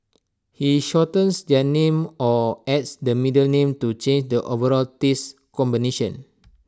he shortens their names or adds the middle name to change the overall taste combination